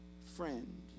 friend